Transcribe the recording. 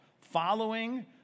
Following